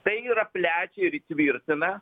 tai yra plečia ir įtvirtina